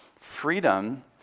freedom